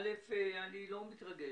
אל"ף, אני לא מתרגש